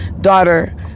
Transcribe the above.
Daughter